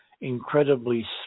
incredibly